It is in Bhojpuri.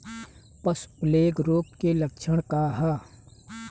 पशु प्लेग रोग के लक्षण का ह?